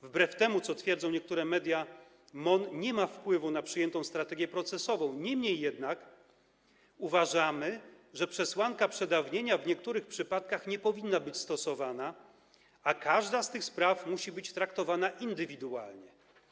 Wbrew temu, co twierdzą niektóre media, MON nie ma wpływu na przyjętą strategię procesową, niemniej jednak uważamy, że przesłanka przedawnienia w niektórych przypadkach nie powinna być stosowana, a każda z tych spraw musi być traktowana indywidualnie.